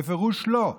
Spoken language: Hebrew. בפירוש לא.